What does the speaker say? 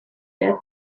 yet